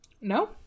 No